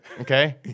Okay